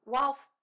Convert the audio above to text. Whilst